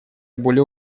более